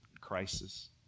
crisis